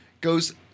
goes